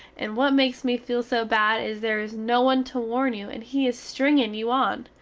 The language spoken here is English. and what makes me feel so bad is there is no one to warn you and he is stringin you on.